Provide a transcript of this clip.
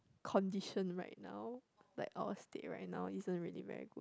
condition right now like all state right now isn't very good